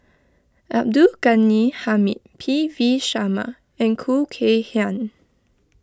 Abdul Ghani Hamid P V Sharma and Khoo Kay Hian